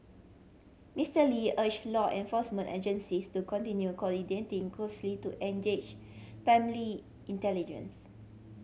Mister Lee urged law enforcement agencies to continue coordinating closely to engage timely intelligence